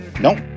Nope